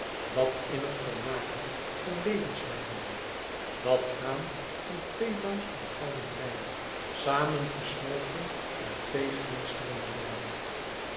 dat innig volmaakte van levensharmonie dat gaan van twee langs een gouden lijn samengesmolten uit twee glinsterende lijnen